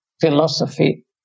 philosophy